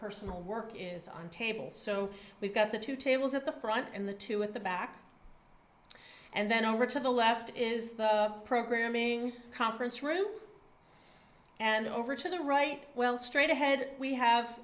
personal work is on tables so we've got the two tables at the front and the two at the back and then over to the left is the programming conference room and over to the right well straight ahead we